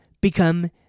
become